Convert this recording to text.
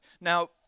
Now